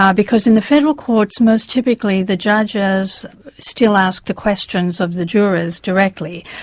um because in the federal courts, most typically the judges still ask the questions of the jurors directly.